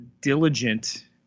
diligent